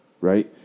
right